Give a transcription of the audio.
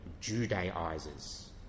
Judaizers